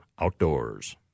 Outdoors